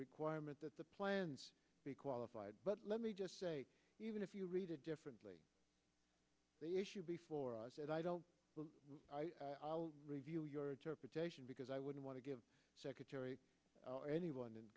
requirement that the plan be qualified but let me just say even if you read it differently the issue before us and i don't review your interpretation because i wouldn't want to give secretary anyone in